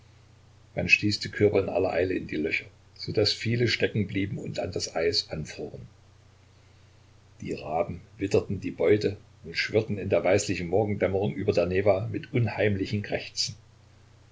man stieß die körper in aller eile in die löcher so daß viele steckenblieben und an das eis anfroren die raben witterten die beute und schwirrten in der weißlichen morgendämmerung über der newa mit unheimlichem krächzen